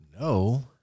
No